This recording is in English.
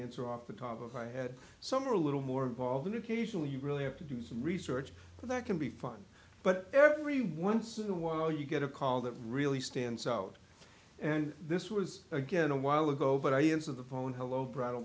answer off the top of my head some are a little more involved and occasionally you really have to do some research and that can be fun but every once in a while you get a call that really stands out and this was again a while ago but i enter the phone hello br